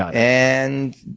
and